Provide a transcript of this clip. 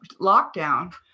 lockdown